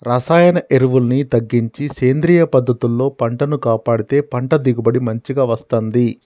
రసాయన ఎరువుల్ని తగ్గించి సేంద్రియ పద్ధతుల్లో పంటను కాపాడితే పంట దిగుబడి మంచిగ వస్తంది